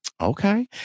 Okay